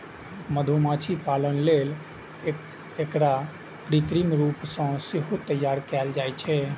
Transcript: मधुमाछी पालन लेल एकरा कृत्रिम रूप सं सेहो तैयार कैल जाइ छै